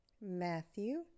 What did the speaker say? Matthew